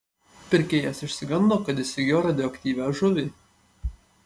pirkėjas išsigando kad įsigijo radioaktyvią žuvį